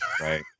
Right